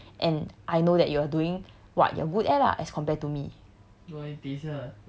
I believe in you and I know that you are doing what you're good at lah as compared to me